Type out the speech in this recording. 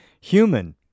human